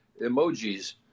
emojis